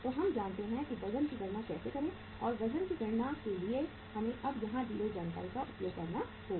तो हम जानते हैं कि वज़न की गणना कैसे करें और वज़न की गणना के लिए हमें अब यहाँ दी गई जानकारी का उपयोग करना होगा